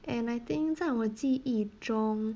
and I think 在我记忆中